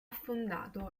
fondato